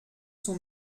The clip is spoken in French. son